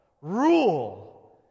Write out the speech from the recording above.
rule